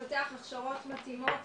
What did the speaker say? לפתח הכשרות מתאימות